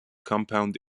compound